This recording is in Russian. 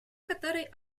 который